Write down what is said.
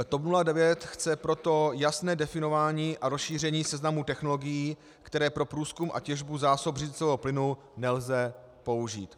TOP 09 chce proto jasné definování a rozšíření seznamu technologií, které pro průzkum a těžbu zásob břidlicového plynu nelze použít.